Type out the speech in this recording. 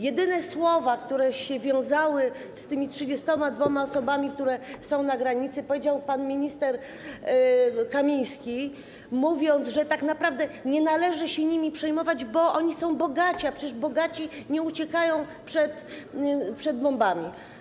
Jedyne słowa, które wiązały się z tymi 32 osobami, które są na granicy, powiedział pan minister Kamiński, mówiąc, że tak naprawdę nie należy się nimi przejmować, bo one są bogate, a przecież bogaci nie uciekają przed bombami.